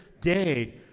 day